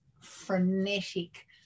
frenetic